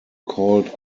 called